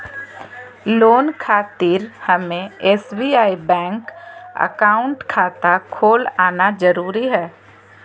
Loan खातिर हमें SBI bank account खाता खोल आना जरूरी है?